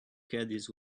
caddies